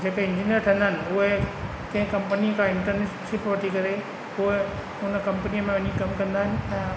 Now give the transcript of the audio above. जेके इंजीनियर ठहंदा आहिनि उहे कंहिं कंपनी खां इंटर्नशिप वठी करे पोइ उन कंपनीअ में वञी कमु कंदा आहिनि ऐं